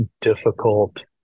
difficult